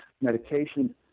medication